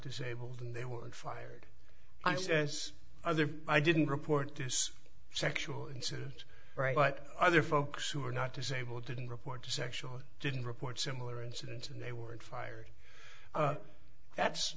disabled and they were fired i says other i didn't report this sexual incident right but other folks who are not disabled didn't report sexual didn't report similar incidents and they weren't fired that's